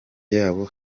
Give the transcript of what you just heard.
yabo